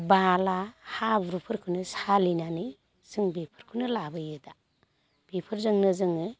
बाला हाब्रुफोरखौनो सालिनानै जों बेफोरखौनो लाबोयो दा बेफोरजोंनो जोङो